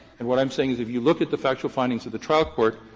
and what i'm saying is if you look at the factual findings of the trial court,